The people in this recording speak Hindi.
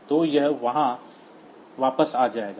तो यह यहाँ वापस आ जाएगा